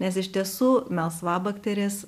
nes iš tiesų melsvabakterės